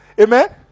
Amen